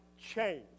change